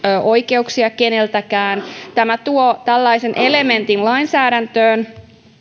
oikeuksia keneltäkään tämä tuo tällaisen elementin lainsäädäntöön